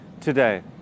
today